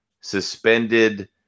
suspended